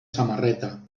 samarreta